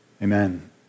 Amen